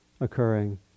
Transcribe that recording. occurring